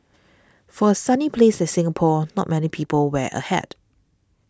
for a sunny place like Singapore not many people wear a hat